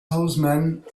horsemen